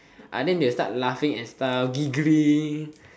then they will start laughing and stuff giggling